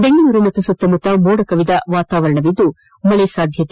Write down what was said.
ಬೆಂಗಳೂರು ಹಾಗೂ ಸುತ್ತಮುತ್ತ ಮೋಡಕವಿದ ವಾತಾರವರಣವಿದ್ದು ಮಳೆ ಸಾಧ್ಯತೆ